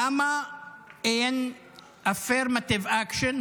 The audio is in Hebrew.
למה אין Affirmative action,